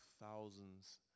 thousands